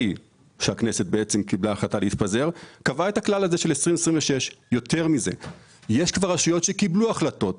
פיזור הכנסת קבעה את הכלל של 2026. יש כבר רשויות שקיבלו החלטות,